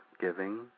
giving